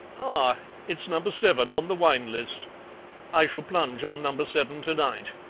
ah, it's number seven on the wine list i shall plunge on number seven to-night.